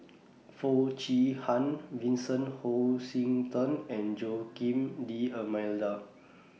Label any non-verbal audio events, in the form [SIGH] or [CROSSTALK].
[NOISE] Foo Chee Han Vincent Hoisington and Joaquim D'almeida